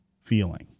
feeling